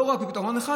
לא רק פתרון אחד,